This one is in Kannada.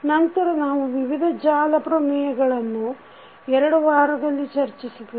ನಂತರ ನಾವು ವಿವಿಧ ಜಾಲ ಪ್ರಮೇಯಗಳನ್ನು ಎರಡು ವಾರಗಳಲ್ಲಿ ಚರ್ಚಿಸಿದೆವು